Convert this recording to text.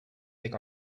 think